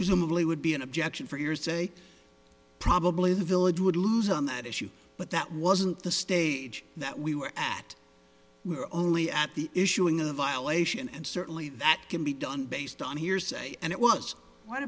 presumably would be an objection for years say probably the village would lose on that issue but that wasn't the stage that we were at we were only at the issuing of the violation and certainly that can be done based on hearsay and it was what